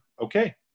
okay